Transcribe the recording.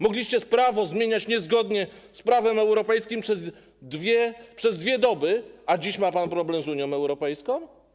Mogliście prawo zmieniać niezgodnie z prawem europejskim przez 2 doby, a dziś ma pan problem z Unią Europejską?